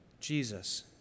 Jesus